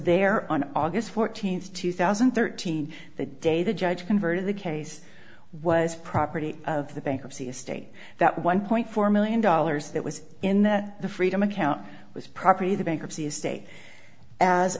there on august fourteenth two thousand and thirteen the day the judge converted the case was property of the bankruptcy estate that one point four million dollars that was in that the freedom account was property the bankruptcy estate as